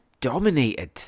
dominated